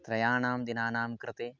त्रयाणां दिनानां कृते